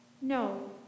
No